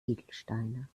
edelsteine